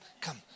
come